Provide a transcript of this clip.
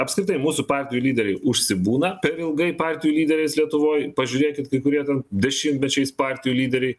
apskritai mūsų partijų lyderiai užsibūna per ilgai partijų lyderiais lietuvoj pažiūrėkit kai kurie ten dešimtmečiais partijų lyderiai